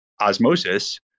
osmosis